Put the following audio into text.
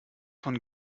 von